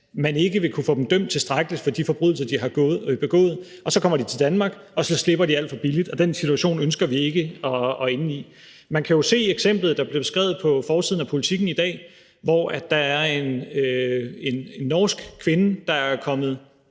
man ikke vil kunne få dem dømt tilstrækkelig hårdt for de forbrydelser, de har begået. Så kommer de til Danmark, og så slipper de alt for billigt. Den situation ønsker vi ikke at ende i. Man kan jo se det eksempel, der er beskrevet på forsiden af Politiken i dag. Der er en norsk kvinde, der ved en